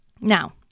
Now